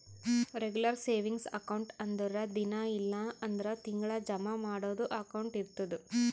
regular savings account ಅಂದುರ್ ದಿನಾ ಇಲ್ಲ್ ಅಂದುರ್ ತಿಂಗಳಾ ಜಮಾ ಮಾಡದು ಅಕೌಂಟ್ ಇರ್ತುದ್